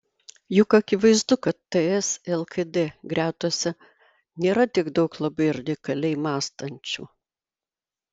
juk akivaizdu kad ts lkd gretose nėra tiek daug labai radikaliai mąstančių